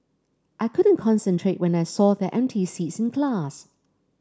I couldn't concentrate when I saw their empty seats in class